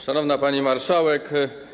Szanowna Pani Marszałek!